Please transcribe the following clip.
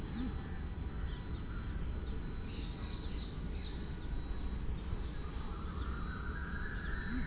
ಬೃಹತ್ ಮೀನುಗಾರಿಕೆಯಲ್ಲಿ ದೊಡ್ಡ ದೊಡ್ಡ ಹಡಗುಗಳ ಸಹಾಯದಿಂದ ಆಧುನಿಕ ಮೀನುಗಾರಿಕೆ ಮಾಡುವ ಉದ್ಯಮಗಳು ಇವೆ